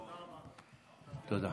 תודה.